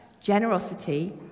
generosity